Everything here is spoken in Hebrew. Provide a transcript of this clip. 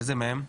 איזה מהם?